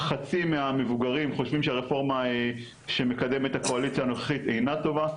חצי המבוגרים חושבים שהרפורמה שמקדמת את הקואליציה הנוכחית אינה טובה,